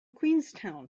queenstown